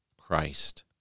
Christ